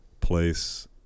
place